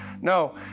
No